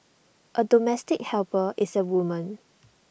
A domestic helper is A woman